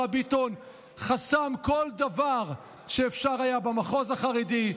ביטון חסם כל דבר שאפשר היה במחוז החרדי.